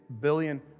billion